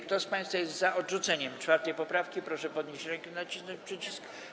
Kto z państwa jest za odrzuceniem 4. poprawki, proszę podnieść rękę i nacisnąć przycisk.